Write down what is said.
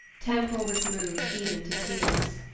temple was moved even to tears.